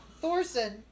Thorson